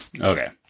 Okay